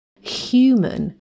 human